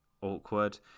awkward